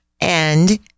And-